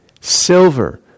silver